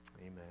Amen